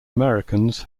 americans